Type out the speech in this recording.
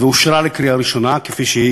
ואושרה לקריאה ראשונה כפי שהיא